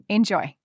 Enjoy